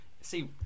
see